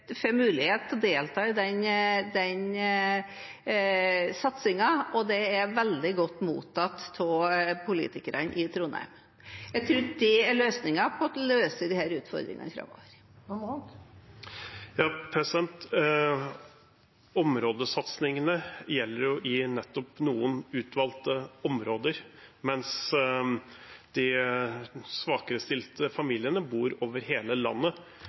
får mulighet til å delta i den satsingen, og det er veldig godt mottatt av politikerne i Trondheim. Jeg tror det er løsningen på disse utfordringene framover. Områdesatsingene gjelder jo i nettopp noen utvalgte områder, men de svakerestilte familiene bor over hele landet.